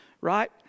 right